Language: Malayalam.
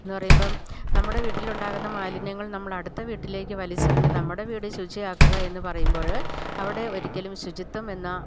എന്നു പറയുമ്പം നമ്മുടെ വീട്ടിലുണ്ടാകുന്ന മാലിന്യങ്ങൾ നമ്മളടുത്ത വീട്ടിലേക്ക് വലിച്ചെറിഞ്ഞ് നമ്മുടെ വീട് ശുചിയാക്കുക എന്ന് പറയുമ്പോഴ് അവിടെ ഒരിക്കലും ശുചിത്വം എന്ന